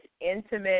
intimate